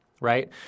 right